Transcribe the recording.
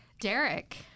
Derek